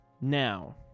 now